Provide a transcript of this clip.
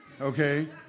Okay